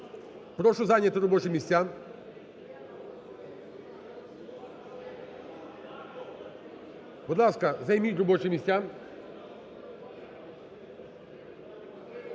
Прошу зайняти робочі місця. Будь ласка, займіть робочі місця.